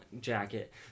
jacket